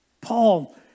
Paul